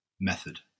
method